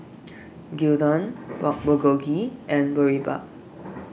Gyudon Pork Bulgogi and Boribap